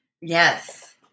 Yes